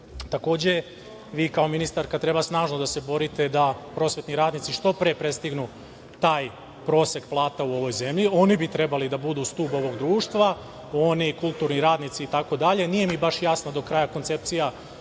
itd. Takođe, vi kao ministarka treba snažno da se borite da prosvetni radnici što pre prestignu taj prosek plata u ovoj zemlji. Oni bi trebali da budu stub ovog društva, oni, kulturni radnici, itd. Nije mi baš jasno do kraja koncepcija